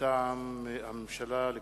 מטעם הממשלה,